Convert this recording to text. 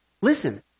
Listen